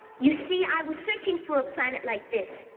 you see, i was searching for a planet like this.